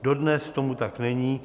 Dodnes tomu tak není.